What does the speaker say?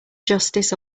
justice